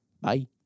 Bye